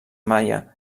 maia